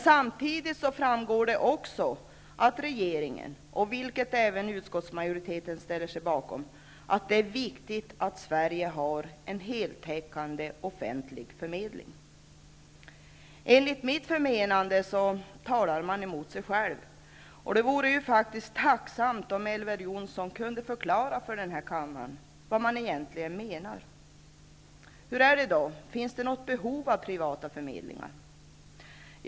Samtidigt framgår det också att regeringen, vilket även utskottsmajoriteten ställer sig bakom, anser att det är viktigt att Sverige har en heltäckande offentlig förmedling. Enligt mitt förmenande talar man mot sig själv, och det vore ju tacksamt om Elver Jonsson kunde förklara för denna kammare vad man egentligen menar. Finns det något behov av privata förmedlingar?